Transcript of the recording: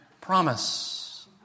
Promise